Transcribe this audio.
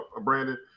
Brandon